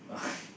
oh